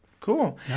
Cool